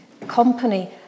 company